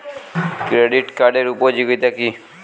Credit কার্ডের উপযোগিতা কি?